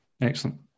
excellent